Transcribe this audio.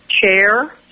chair